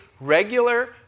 regular